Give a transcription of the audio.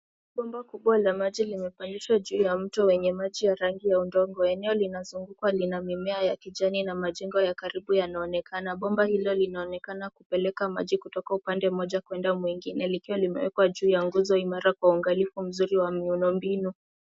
Bomba kubwa la maji llimepandisha juu ya mto wenye maji ya rangi ya udongo. Eneo linazungukwa lina mimea ya kijani na majengo ya karibu yanaonekana. Bomba hilo linaonekana kupeleka maji kutoka upande mmoja kwenda mwingine likiwa limewekwa juu ya nguzo imara kwa uangalifu mzuri wa miundo mbinu.